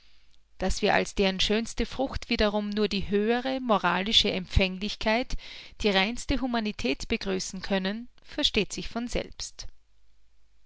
daß wir als deren schönste frucht wiederum nur die höhere moralische empfänglichkeit die reinste humanität begrüßen können versteht sich von selbst